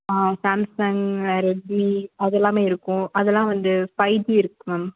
ஆ Samsung Redmi அதெல்லாமே இருக்கும் அதெல்லாம் வந்து ஃபை ஜி இருக்குது மேம்